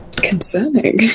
Concerning